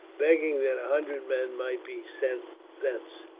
begging that a hundred men might be sent thence.